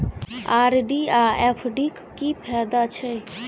RD आ FD क की फायदा छै?